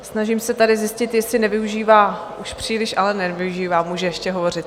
Snažím se tady zjistit, jestli nevyužívá už příliš, ale nevyužívá, může ještě hovořit.